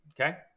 okay